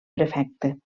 prefecte